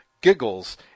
giggles